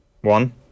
One